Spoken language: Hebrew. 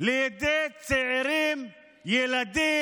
לידי צעירים, ילדים,